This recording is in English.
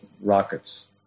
rockets